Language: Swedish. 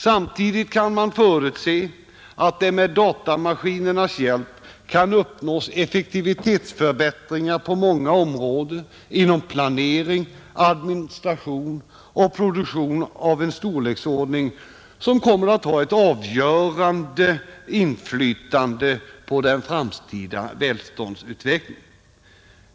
Samtidigt förutser man att med datamaskinernas hjälp kan uppnås effektivitetsförbättringar på många områden — inom planering, administration och produktion — av en storleksordning som kommer att ha ett avgörande inflytande på den framtida välståndsutvecklingen.